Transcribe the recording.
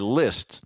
list